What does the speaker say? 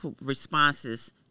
responses